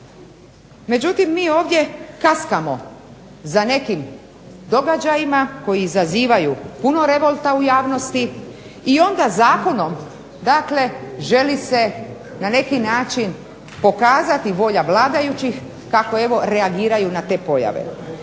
Međutim, mi ovdje kaskamo za nekim događajima koji izazivaju puno revolta u javnosti i onda zakonom dakle želi se na neki način pokazati volja vladajućih kako evo reagiraju na te pojave,